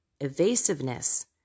evasiveness